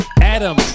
Adam